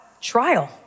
trial